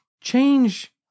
change